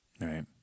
Right